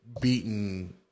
beaten